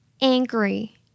Angry